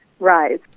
rise